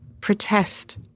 protest